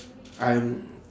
I'm